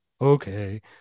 Okay